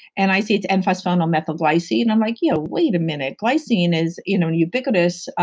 and i see it's n-physonal and um methyl glycine. i'm like, yeah, wait a minute. glycine is, you know and ubicabus,